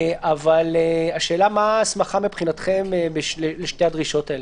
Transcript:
אבל מה ההסמכה מבחינתכם לשתי הדרישות האלו?